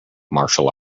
martial